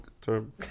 term